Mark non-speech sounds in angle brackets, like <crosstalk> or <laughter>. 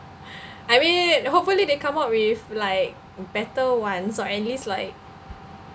<breath> I mean hopefully they come up with like better ones or at least like